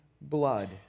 blood